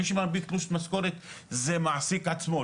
מי שמנפיק תלוש משכורת זה המעסיק עצמו,